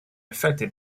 affected